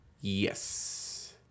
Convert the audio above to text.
Yes